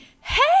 Hey